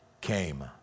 came